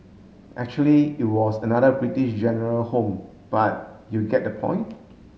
actually it was another British General home but you get the point